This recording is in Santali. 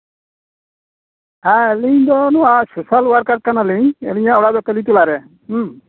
ᱦᱮᱸ ᱟᱹᱞᱤᱧ ᱫᱚ ᱥᱳᱥᱟᱞ ᱚᱣᱟᱨᱠᱟᱨ ᱠᱟᱱᱟᱞᱤᱧ ᱟᱹᱞᱤᱧᱟᱜ ᱚᱲᱟᱜ ᱫᱚ ᱠᱟᱹᱞᱤᱛᱚᱞᱟ ᱨᱮ